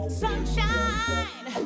sunshine